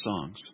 songs